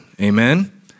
Amen